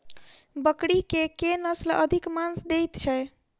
बकरी केँ के नस्ल अधिक मांस दैय छैय?